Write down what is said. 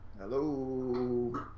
Hello